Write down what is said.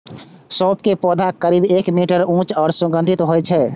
सौंफ के पौधा करीब एक मीटर ऊंच आ सुगंधित होइ छै